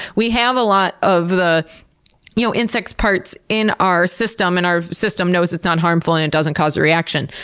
we have a lot of you know insect parts in our system, and our system knows it's not harmful and it doesn't cause a reaction.